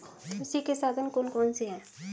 कृषि के साधन कौन कौन से हैं?